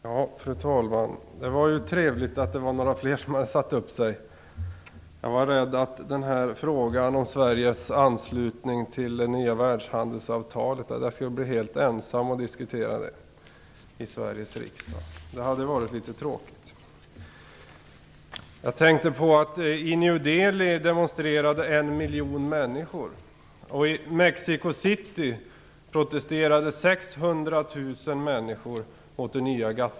Fru talman! Det var trevligt att några fler har satt upp sig på talarlistan. Jag var rädd att jag skulle bli helt ensam om att diskutera frågan om Sveriges anslutning till det nya världshandelsavtalet i Sveriges riksdag.